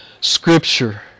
Scripture